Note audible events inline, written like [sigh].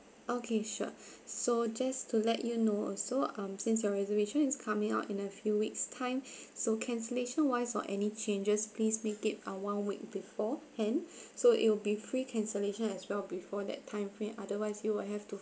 okay sure [breath] so just to let you know also um since your reservation is coming out in a few weeks time [breath] so cancellation wise or any changes please make it ah one week beforehand so it'll be free cancellation as well before that time frame otherwise you will have to